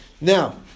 now